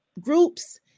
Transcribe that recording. groups